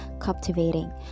captivating